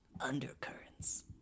undercurrents